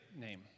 name